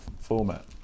format